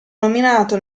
nominato